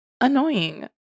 annoying